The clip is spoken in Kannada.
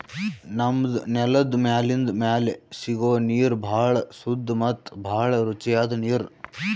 ನಮ್ಮ್ ನೆಲದ್ ಮ್ಯಾಲಿಂದ್ ಮ್ಯಾಲೆ ಸಿಗೋ ನೀರ್ ಭಾಳ್ ಸುದ್ದ ಮತ್ತ್ ಭಾಳ್ ರುಚಿಯಾದ್ ನೀರ್